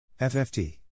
FFT